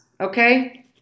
Okay